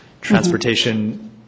transportation